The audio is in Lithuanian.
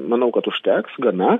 manau kad užteks gana